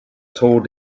tore